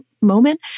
moment